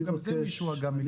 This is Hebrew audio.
גם זה מישהו הגה מליבו כנראה.